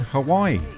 Hawaii